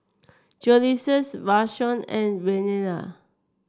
Joseluis Vashon and Renea